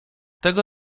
tego